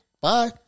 Bye